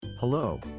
Hello